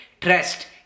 Trust